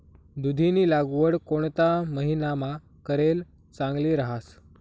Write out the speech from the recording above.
दुधीनी लागवड कोणता महिनामा करेल चांगली रहास